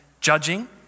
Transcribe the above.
judging